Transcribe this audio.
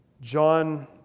John